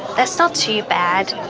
that's not too bad.